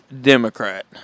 democrat